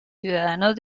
ciudadanos